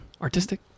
Artistic